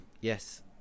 Yes